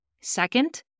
Second